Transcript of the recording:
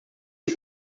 eue